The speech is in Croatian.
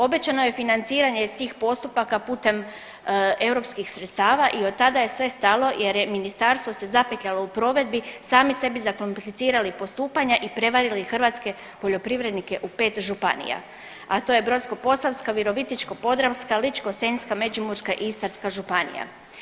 Obećano je financiranje tih postupaka putem europskih sredstava i od onda je sve stalo jer je ministarstvo se zapetljalo u provedbi, sami sebi zakomplicirali postupanja i prevarili hrvatske poljoprivrednike u pet županija, a to je Brodsko-posavska, Virovitičko-podravska, Ličko-senjske, Međimurska i Istarska županija.